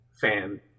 fan